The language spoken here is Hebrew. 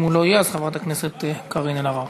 אם הוא לא יהיה, חברת הכנסת קארין אלהרר.